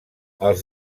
els